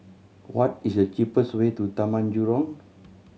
what is the cheapest way to Taman Jurong